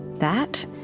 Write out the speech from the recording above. that,